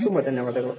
ತುಂಬ ಧನ್ಯವಾದಗಳು